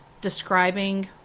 describing